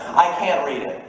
i can't read